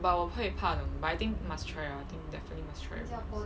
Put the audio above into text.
but 我会怕冷 but I think must try ah I think definitely must try once